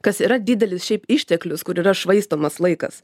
kas yra didelis šiaip išteklius kur yra švaistomas laikas